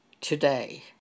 today